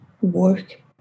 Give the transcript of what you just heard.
work